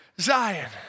Zion